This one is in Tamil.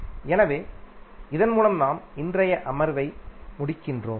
எனவே இதன் மூலம் நாம் இன்றைய அமர்வை முடிக்கிறோம்